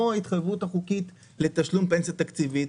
ההתחייבות החוקית לתשלום פנסיה תקציבית,